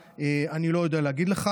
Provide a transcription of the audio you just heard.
אני לא יודע להגיד לך.